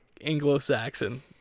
Anglo-Saxon